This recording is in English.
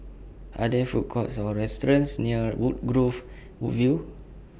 Are There Food Courts Or restaurants near Woodgrove View